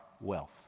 wealth